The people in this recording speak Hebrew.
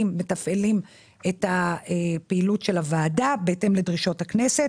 את פעילות הוועדה בהתאם לדרישות הכנסת.